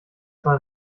war